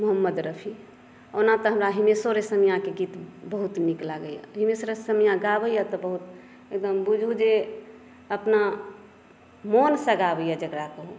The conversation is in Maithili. मोहम्मद रफी ओना तऽ हमरा हिमेशो रेशमियाक गीत बहुत नीक लागैया हिमेश रेशमिया गाबैया तऽ बहुत एकदम बुझू जे अपना मोनसँ गाबैया जेकरा कहूँ